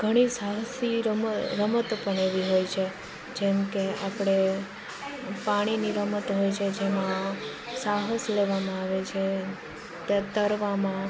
ઘણી સાહસી રમ રમતો પણ એવી હોય છે જેમ કે આપણે પાણીની રમતો હોય છે જેમાં સાહસ લેવામાં આવે છે કે તરવામાં